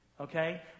okay